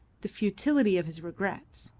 the futility of his regrets.